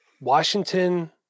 Washington